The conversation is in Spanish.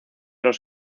los